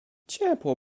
ciepło